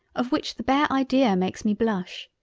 of which the bare idea makes me blush?